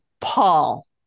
Paul